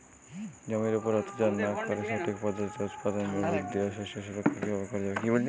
জমির উপর অত্যাচার না করে সঠিক পদ্ধতিতে উৎপাদন বৃদ্ধি ও শস্য সুরক্ষা কীভাবে করা যাবে?